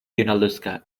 junaluska